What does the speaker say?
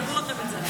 תדעו את זה.